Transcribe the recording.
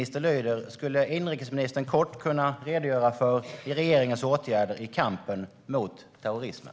Skulle inrikesministern kort kunna redogöra för regeringens åtgärder i kampen mot terrorismen?